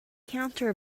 hunter